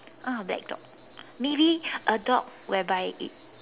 ah black dog maybe a dog whereby it